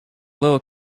little